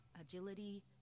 agility